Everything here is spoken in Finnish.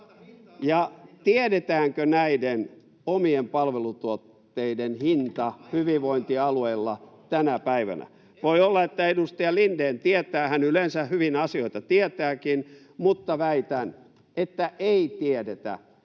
Ja tiedetäänkö näiden omien palvelutuotteiden hinta hyvinvointialueilla tänä päivänä? [Aki Lindén: Aivan tarkasti euron tarkkuudella!] — Voi olla, että edustaja Lindén tietää, hän yleensä hyvin asioita tietääkin, mutta väitän, että ei tiedetä.